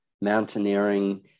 mountaineering